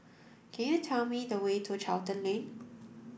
can you tell me the way to Charlton Lane